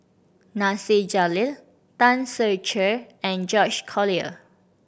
Nasir Jalil Tan Ser Cher and George Collyer